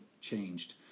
changed